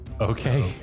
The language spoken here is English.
Okay